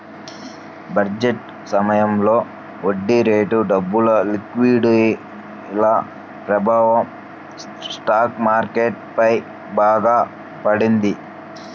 budget సమయంలో వడ్డీరేట్లు, డబ్బు లిక్విడిటీల ప్రభావం స్టాక్ మార్కెట్ పై బాగా పడింది